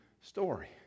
story